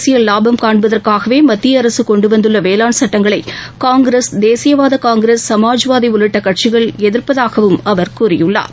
அரசியல் லாபம் காண்பதற்காகவே மத்திய அரசு கொண்டு வந்துள்ள வேளாண் சட்டங்களை காங்கிரஸ் தேசியவாத காங்கிரஸ் சமாஜ்வாதி உள்ளிட்ட கட்சிகள் எதிர்ப்பதாகவும் அவர் கூறியுள்ளார்